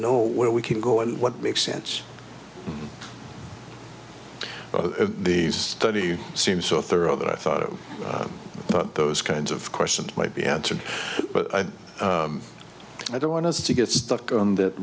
know where we can go and what makes sense the study seems so thorough that i thought oh those kinds of questions might be answered but i don't want us to get stuck on that